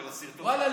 ואללה,